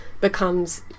becomes